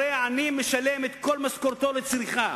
הרי העני משלם את כל משכורתו על צריכה,